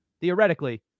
theoretically